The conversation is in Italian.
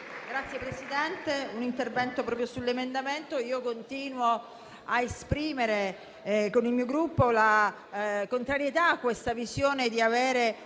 Signora Presidente, un intervento proprio sull'emendamento. Io continuo a esprimere, con il mio Gruppo, la contrarietà a questa visione che